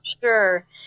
Sure